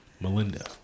Melinda